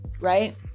right